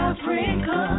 Africa